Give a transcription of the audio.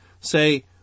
say